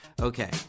Okay